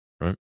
right